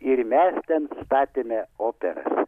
ir mes ten statėme operą